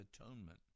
atonement